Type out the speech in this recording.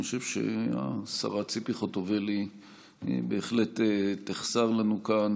אני חושב שהשרה ציפי חוטובלי בהחלט תחסר לנו כאן.